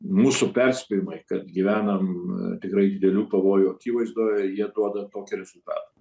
mūsų perspėjimai kad gyvenam tikrai didelių pavojų akivaizdoje jie duoda tokį rezultatą